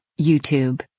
YouTube